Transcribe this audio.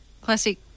Classic